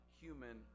human